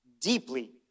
deeply